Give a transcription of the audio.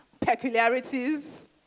peculiarities